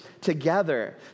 together